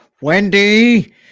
Wendy